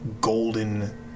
golden